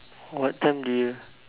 what time do you